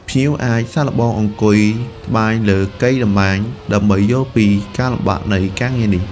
ភ្ញៀវអាចសាកល្បងអង្គុយត្បាញលើ កីតម្បាញ ដើម្បីយល់ពីការលំបាកនៃការងារនេះ។